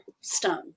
stone